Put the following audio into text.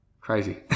Crazy